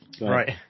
right